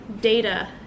data